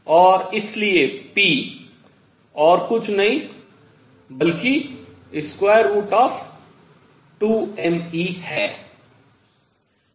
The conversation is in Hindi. और इसलिए p और कुछ नहीं बल्कि 2mE है